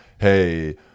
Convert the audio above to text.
hey